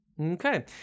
Okay